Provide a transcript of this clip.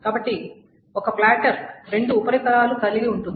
కాబట్టి ఒక ప్లాటర్ రెండు ఉపరితలాలు కలిగి ఉంటుంది